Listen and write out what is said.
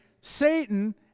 Satan